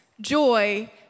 joy